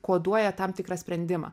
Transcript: koduoja tam tikrą sprendimą